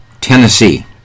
Tennessee